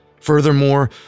Furthermore